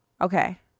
Okay